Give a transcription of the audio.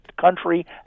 country